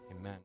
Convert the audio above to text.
Amen